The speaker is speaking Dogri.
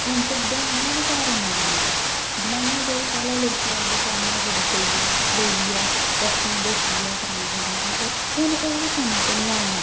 हून ते दोआइयां बी घर आई जंदियां यार दोआइयां जेह्ड़ियां पैह्लें लोकें गी दकानां पर जाइयै खड़ोइयै पर्चियां दस्सियै करानी पौंदियां हां ओह् हून ओह् बी फोना पर होआ दियां